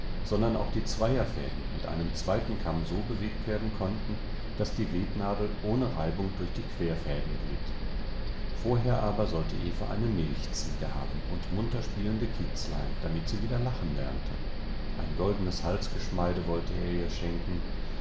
sondern auch die zweierfäden mit einem zweiten kamm so bewegt werden konnten daß die webnadel ohne reibung durch die querfäden glitt vorher aber sollte eva eine milchziege haben und munter spielende kitzlein damit sie wieder lachen lernte ein goldenes halsgeschmeide wollte er ihr schenken